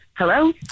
Hello